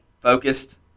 focused